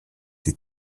die